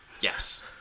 Yes